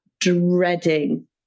dreading